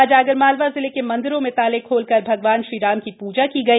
आज आगरमालवा जिले के मंदिरों में ताले खोलकर भगवान श्रीराम की प्रजा की गई